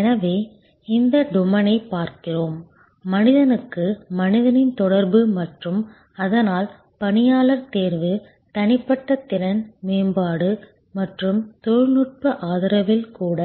எனவே இந்த டொமைனைப் பார்க்கிறோம் மனிதனுக்கு மனிதனின் தொடர்பு மற்றும் அதனால் பணியாளர் தேர்வு தனிப்பட்ட திறன் மேம்பாடு மற்றும் தொழில்நுட்ப ஆதரவில் கூட